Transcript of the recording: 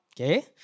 Okay